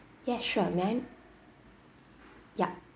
yeah sure may I k~ yup